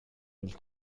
nel